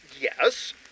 Yes